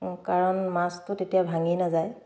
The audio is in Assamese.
কাৰণ মাছটো তেতিয়া ভাঙি নাযায়